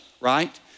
Right